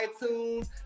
iTunes